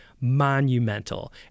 monumental